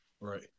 Right